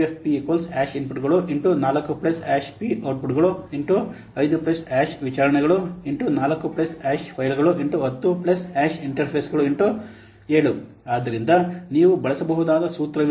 UFP ಇನ್ಪುಟ್ಗಳು 4 p ಟ್ಪುಟ್ಗಳು 5 ವಿಚಾರಣೆಗಳು 4 ಫೈಲ್ಗಳು 10 ಇಂಟರ್ಫೇಸ್ಗಳು 7 UFP inputs4 outputs5 inquiries4 files10 interfaces7 ಆದ್ದರಿಂದ ನೀವು ಬಳಸಬಹುದಾದ ಸೂತ್ರವಿದೆ